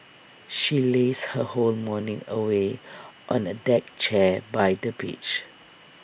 she lazed her whole morning away on A deck chair by the beach